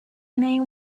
name